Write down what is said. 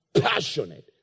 passionate